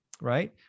right